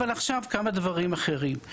עכשיו כמה דברים אחרים.